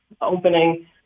opening